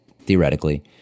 Theoretically